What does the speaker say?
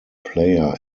player